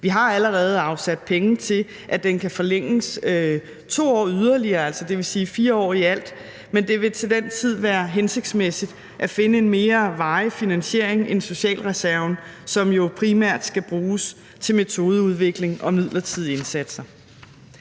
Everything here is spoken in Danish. Vi har allerede afsat penge til, at den kan forlænges 2 år yderligere, altså dvs. 4 år i alt, men det vil til den tid være hensigtsmæssigt at finde en mere varig finansiering end socialreserven, som jo primært skal bruges til metodeudvikling og midlertidige indsatser.